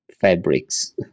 fabrics